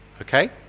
Okay